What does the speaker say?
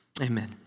Amen